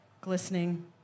glistening